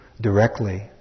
directly